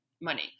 money